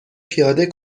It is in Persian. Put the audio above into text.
پیاده